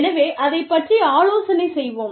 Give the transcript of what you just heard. எனவே அதைப் பற்றி ஆலோசனை செய்வோம்